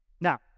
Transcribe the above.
Now